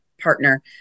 partner